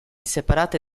separate